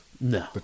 No